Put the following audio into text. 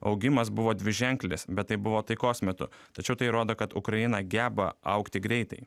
augimas buvo dviženklis bet tai buvo taikos metu tačiau tai rodo kad ukraina geba augti greitai